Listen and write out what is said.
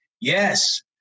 Yes